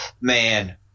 man